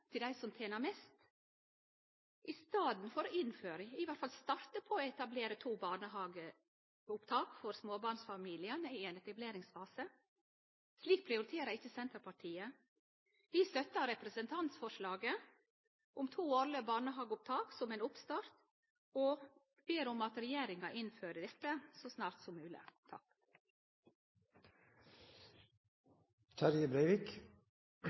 til dei som tener mest, enn å innføre, eller i alle fall å starte med å etablere, to barnehageopptak for småbarnsfamiliar i ein etableringsfase. Slik prioriterer ikkje Senterpartiet. Vi støttar representantforslaget om to årlege barnehageopptak som ein oppstart og ber om at regjeringa innfører dette så snart som